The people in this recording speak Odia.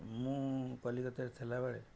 ମୁଁ କଲିକତାରେ ଥିଲାବେଳେ